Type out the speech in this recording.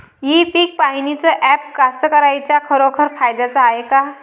इ पीक पहानीचं ॲप कास्तकाराइच्या खरोखर फायद्याचं हाये का?